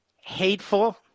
hateful